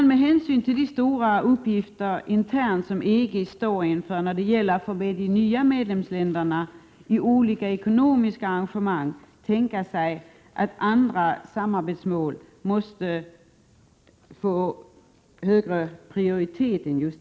Med hänsyn till de stora uppgifter internt som EG står inför när det gäller att få med de nya medlemsländerna i olika ekonomiska samarbetsarrangemang, kan man tänka sig att andra samarbetsmål måste få högre prioritet.